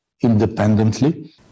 independently